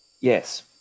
yes